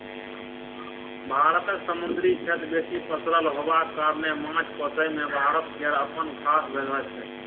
भारतक समुन्दरी क्षेत्र बेसी पसरल होबाक कारणेँ माछ पोसइ मे भारत केर अप्पन खास जगह छै